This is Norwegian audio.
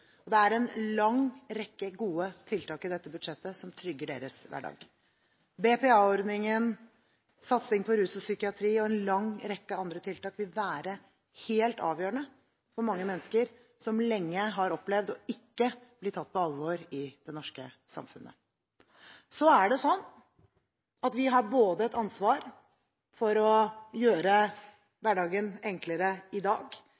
Det er en lang rekke gode tiltak i dette budsjettet som trygger deres hverdag. BPA-ordningen, satsing på rus og psykiatri og en lang rekke andre tiltak vil være helt avgjørende for mange mennesker som lenge har opplevd ikke å bli tatt på alvor i det norske samfunnet. Vi har et ansvar for både å gjøre hverdagen enklere i dag